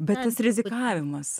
bet tas rizikavimas